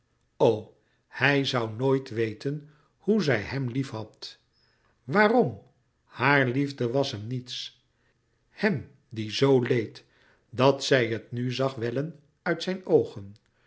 hij zoû nooit weten hoe zij hem liefhad waarom haar liefde was hem niets hem die zoo leed dat zij het nu zag wellen uit zijn oogen